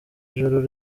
ijoro